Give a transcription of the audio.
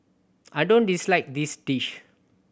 I don't dislike this dish